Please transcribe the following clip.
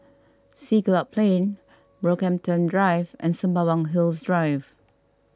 Siglap Plain Brockhampton Drive and Sembawang Hills Drive